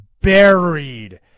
buried